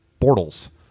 Bortles